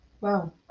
Wow